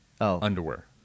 underwear